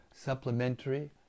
supplementary